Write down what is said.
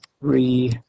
three